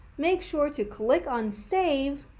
make sure to click on save,